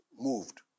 moved